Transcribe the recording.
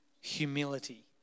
humility